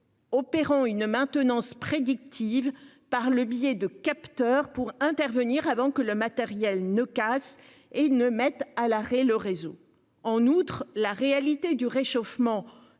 Opérant une maintenance prédictive, par le biais de capteurs pour intervenir avant que le matériel ne casse et ne mettent à l'arrêt le réseau en outre la réalité du réchauffement